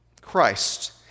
Christ